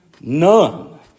None